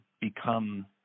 become